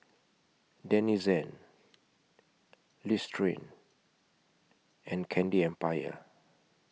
Denizen Listerine and Candy Empire